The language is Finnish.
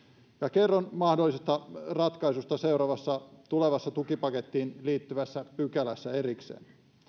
kerron mahdollisesta ratkaisusta erikseen seuraavassa tulevaan tukipakettiin liittyvässä pykälässä